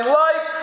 life